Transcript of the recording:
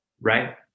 Right